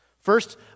First